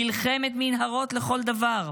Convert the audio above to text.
מלחמת מנהרות לכל דבר.